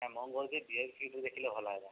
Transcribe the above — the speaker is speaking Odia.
ନାଇଁ ମୁଁ କହୁଥିଲି ଭି ଆଇ ପି ସିଟ୍ରେ ଦେଖିଲେ ଭଲ ହେବା